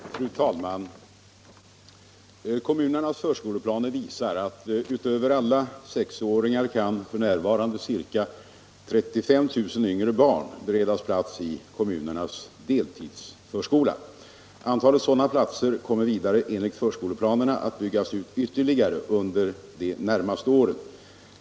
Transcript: Fru talman! Kommunernas förskoleplaner visar att utöver alla sexåringar kan f. n. ca 35 000 yngre barn beredas plats i kommunernas deltidsförskola. Antalet sådana platser kommer vidare, enligt förskoleplanerna, att byggas ut ytterligare under de närmaste åren.